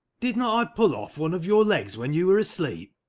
did not i pull off one of your legs when you were asleep?